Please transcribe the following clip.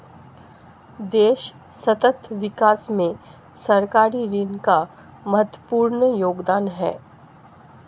देश सतत विकास में सरकारी ऋण का महत्वपूर्ण योगदान है